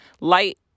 light